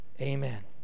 amen